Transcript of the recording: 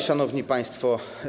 Szanowni Państwo!